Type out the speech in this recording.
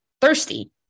thirsty